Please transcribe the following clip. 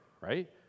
right